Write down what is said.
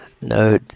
no